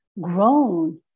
grown